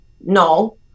No